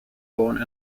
born